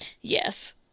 Yes